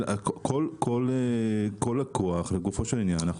כול לקוח לגופו של עניין.